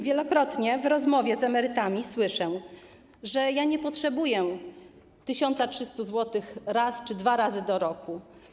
Wielokrotnie w rozmowie z emerytami słyszę, że nie potrzebują 1300 zł raz czy dwa razy do roku.